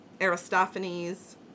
Aristophanes